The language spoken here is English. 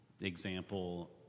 example